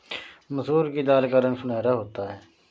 मसूर की दाल का रंग सुनहरा होता है